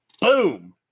Boom